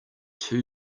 two